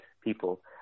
people